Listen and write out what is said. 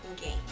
game